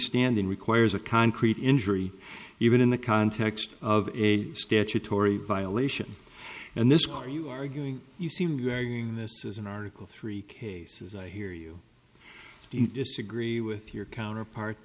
standing requires a concrete injury even in the context of a statutory violation and this clear you arguing you see this as an article three cases i hear you disagree with your counterpart